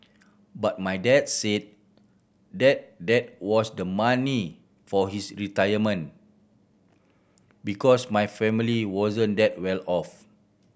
but my dad said that that was the money for his retirement because my family wasn't that well off